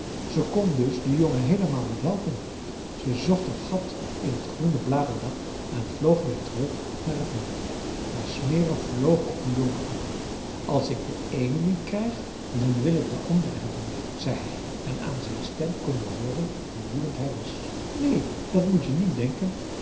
ze kon dus den jongen heelemaal niet helpen ze zocht een gat in het groene bladerdak en vloog weer terug naar het meer maar smirre vloog op den jongen af als ik de eene niet krijg dan wil ik den ander hebben zei hij en aan zijn stem kon je hooren hoe woedend hij was neen dat moet je niet denken